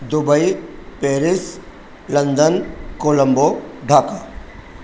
Dubai Paris London Colombo Dhaka